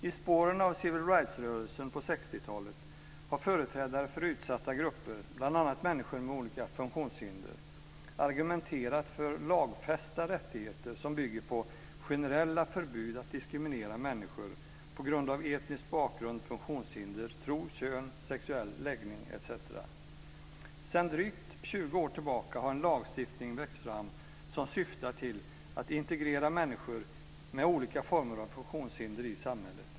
I spåren av civil rights-rörelsen på 60 talet har företrädare för utsatta grupper, bl.a. människor med olika funktionshinder, argumenterat för lagfästa rättigheter som bygger på generella förbud att diskriminera människor på grund av etnisk bakgrund, funktionshinder, tro, kön, sexuell läggning etc. Sedan drygt 20 år tillbaka har en lagstiftning växt fram som syftar till att integrera människor med olika former av funktionshinder i samhället.